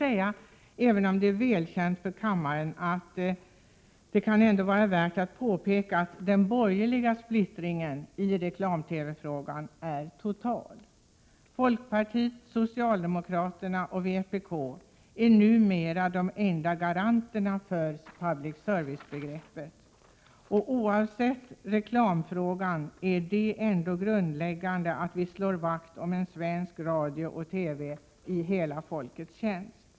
Även om det är välkänt för kammaren kan det ändå vara värt att påpeka att den borgerliga splittringen i frågan om reklam-TV är total. Folkpartiet, socialdemokraterna och vpk är numera de enda garanterna för public service-begreppet. Oavsett reklamfrågan är det ändå grundläggande att vi slår vakt om en svensk radio och TV ”i hela folkets tjänst”.